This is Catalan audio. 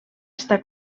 està